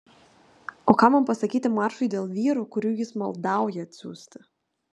o ką man pasakyti maršui dėl vyrų kurių jis maldauja atsiųsti